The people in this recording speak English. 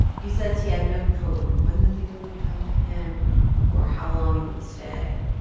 he says he had no control over when the feeling would come to him or how long it would stay.